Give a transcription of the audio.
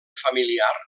familiar